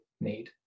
need